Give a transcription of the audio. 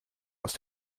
aus